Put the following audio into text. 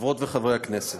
חברות וחברי הכנסת,